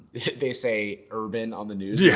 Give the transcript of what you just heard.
they say urban on the news. yeah